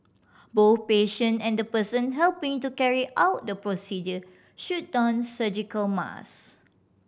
both patient and the person helping to carry out the procedure should don surgical masks